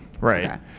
right